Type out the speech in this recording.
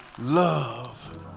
love